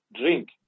Drink